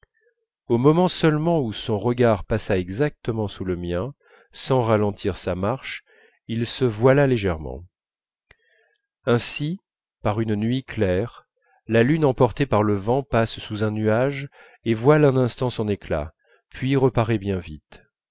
au moment seulement où son regard passa exactement sous le mien sans ralentir sa marche il se voila légèrement ainsi par une nuit claire la lune emportée par le vent passe sous un nuage et voile un instant son éclat puis reparaît bien vite